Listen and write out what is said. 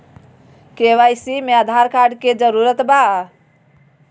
KYC में Aadhaar card के जरूरत बा?